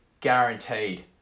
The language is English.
guaranteed